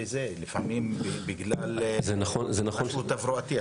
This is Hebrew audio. לפעמים בגלל משהו תברואתי,